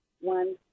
One